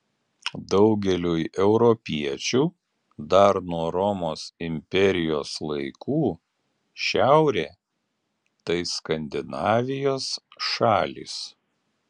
daugeliui europiečių dar nuo romos imperijos laikų šiaurė tai skandinavijos šalys